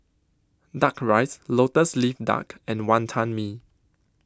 Duck Rice Lotus Leaf Duck and Wantan Mee